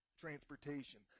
transportation